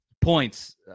points